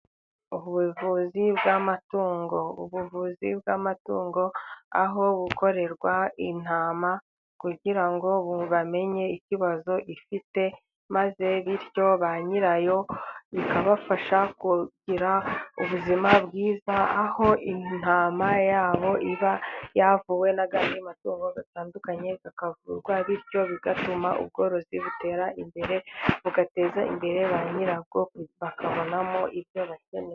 Ubuvuzi bw'amatungo aho bukorerwa intama kugira ngo bamenye ikibazo ifite, bityo ba nyirayo bikabafasha kugira ubuzima bwiza aho intama yabo iba yavuwe n'andi matungo atandukanye akavurwa bityo bigatuma ubworozi butera imbere bugateza imbere ba nyirabwo bakabonamo ibyo bakeneye.